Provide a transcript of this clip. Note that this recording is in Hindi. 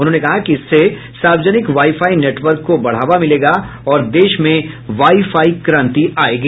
उन्होंने कहा कि इससे सार्वजनिक वाई फाई नेटवर्क को बढ़ावा मिलेगा और देश में वाई फाई क्रांति आएगी